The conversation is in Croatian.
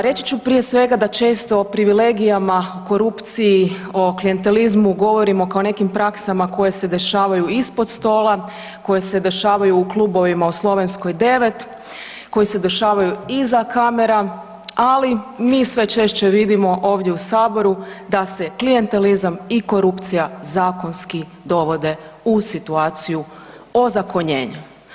Reći ću prije svega da često privilegijama, korupciji, o klijentelizmu govorimo kao nekim praksama koje se dešavaju ispod stola, koje se dešavaju u klubovima u Slovenskoj 9, koji se dešavaju iza kamera, ali mi sve češće vidimo ovdje u Saboru da se klijentelizam i korupcija zakonski dovode u situaciju ozakonjenja.